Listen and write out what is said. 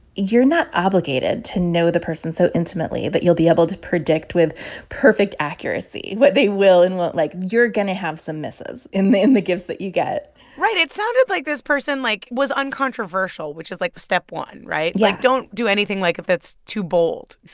you're not obligated to know the person so intimately that you'll be able to predict with perfect accuracy what they will and won't like. you're going to have some misses in the in the gifts that you get right. it sounded like this person, like, was uncontroversial, which is, like, step one, right? yeah like, don't do anything, like, if it's too bold.